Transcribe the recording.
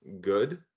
good